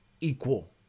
equal